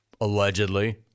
Allegedly